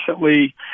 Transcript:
recently